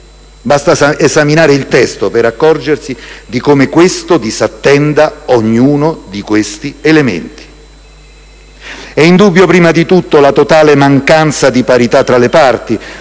Basta esaminare il testo per accorgersi di come questo disattenda ognuno di questi elementi. È indubbia prima di tutto la totale mancanza di parità tra le parti,